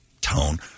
tone